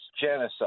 genocide